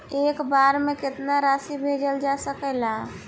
एक बार में केतना राशि भेजल जा सकेला?